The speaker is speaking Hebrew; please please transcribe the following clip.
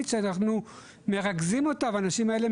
שאנחנו מרכזים אותה ולאנשים האלה,